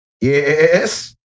Yes